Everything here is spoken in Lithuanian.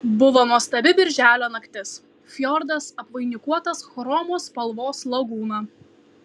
buvo nuostabi birželio naktis fjordas apvainikuotas chromo spalvos lagūna